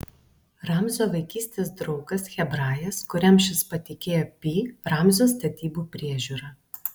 ramzio vaikystės draugas hebrajas kuriam šis patikėjo pi ramzio statybų priežiūrą